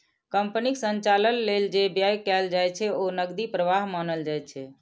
कंपनीक संचालन लेल जे व्यय कैल जाइ छै, ओ नकदी प्रवाह मानल जाइ छै